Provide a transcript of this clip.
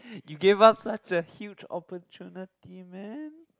you gave us such a huge opportunity man